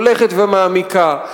הולכת ומעמיקה,